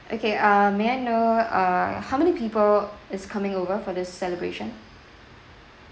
okay uh may I know uh how many people is coming over for this celebration